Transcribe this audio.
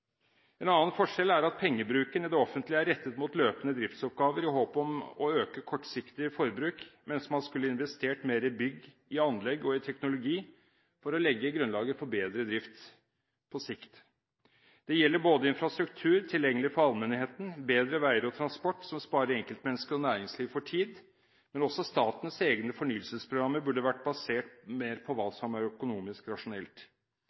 En annen forskjell er at pengebruken i det offentlige er rettet mot løpende driftsoppgaver i håp om å øke kortsiktig forbruk, mens man skulle investert mer i bygg, i anlegg og i teknologi for å legge grunnlaget for bedre drift – på sikt. Det gjelder både infrastruktur tilgjengelig for allmennheten og bedre veier og transport, slik at enkeltmennesket og næringslivet sparer tid. Men også statens egne fornyelsesprogrammer burde vært basert mer på hva som er økonomisk rasjonelt.